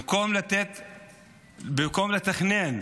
במקום לתכנן,